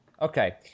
Okay